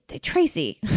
Tracy